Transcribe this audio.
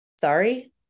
Sorry